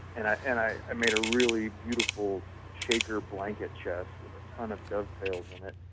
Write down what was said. and ah and i i made a really beautiful shaker blanket chest with a ton of dovetails in it.